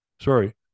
Sorry